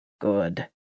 good